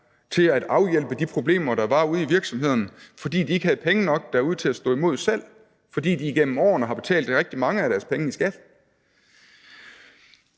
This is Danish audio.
til at afhjælpe de problemer, der var ude i virksomhederne, fordi de ikke selv havde penge nok derude til at stå imod med, fordi de igennem årene har betalt rigtig mange af deres penge i skat?